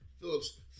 Phillips